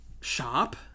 shop